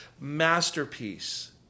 masterpiece